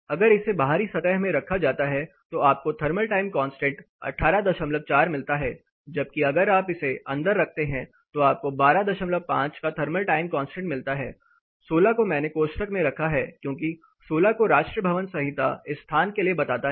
अगर इसे बाहरी सतह में रखा जाता है तो आपको थर्मल टाइम कांस्टेंट 184 मिलता है जबकि अगर आप इसे अंदर रखते हैं तो आपको 125 का थर्मल टाइम कांस्टेंट मिलता है 16 को मैंने कोष्ठक में रखा है क्योंकि 16 को राष्ट्रीय भवन संहिता इस स्थान के लिए बताता है